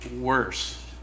worse